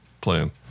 plan